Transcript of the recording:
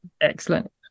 Excellent